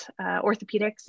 orthopedics